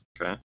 okay